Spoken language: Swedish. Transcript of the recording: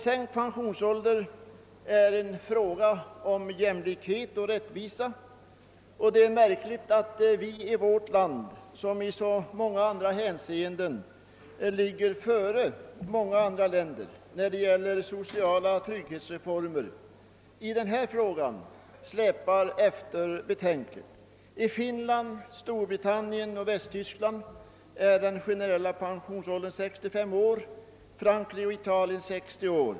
Sänkt pensionsålder är en fråga om jämlikhet och rättvisa, och det är märkligt att vi i vårt land, som i så många andra hänseenden ligger före andra länder när det gäller sociala trygghetsreformer, i den här frågan släpar efter betänkligt. I Finland, Storbritannien och Västtyskland är den generella pensionsåldern 65 år, i Frankrike och Italien 60 år.